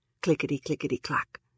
Clickety-clickety-clack